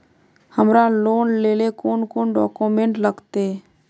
हमरा लोन लेले कौन कौन डॉक्यूमेंट लगते?